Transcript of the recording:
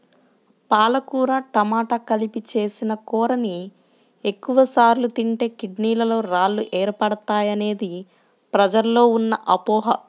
పాలకూర టమాట కలిపి చేసిన కూరని ఎక్కువ సార్లు తింటే కిడ్నీలలో రాళ్లు ఏర్పడతాయనేది ప్రజల్లో ఉన్న అపోహ